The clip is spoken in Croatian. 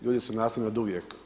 Ljudi su nasilni oduvijek.